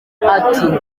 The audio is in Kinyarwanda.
ati